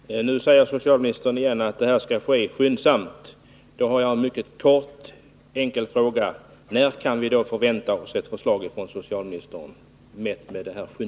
Herr talman! Nu säger socialministern att arbetet skall ske skyndsamt. Då har jag en mycket kort, enkel fråga: När kan vi förvänta oss ett förslag från socialministern?